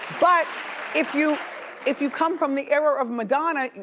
but if you if you come from the era of madonna,